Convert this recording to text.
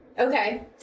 Okay